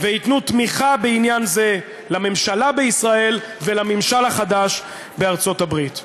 וייתנו תמיכה בעניין זה לממשלה בישראל ולממשל החדש שבארצות-הברית.